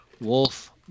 Wolf